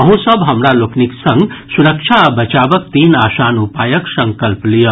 अहूँ सब हमरा लोकनिक संग सुरक्षा आ बचावक तीन आसान उपायक संकल्प लियऽ